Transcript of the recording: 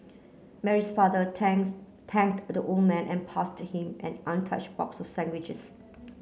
Mary's father thanks thanked the old man and passed him an untouched box sandwiches